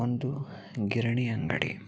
ಒಂದು ಗಿರಣಿ ಅಂಗಡಿ